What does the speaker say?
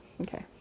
Okay